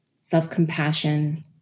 self-compassion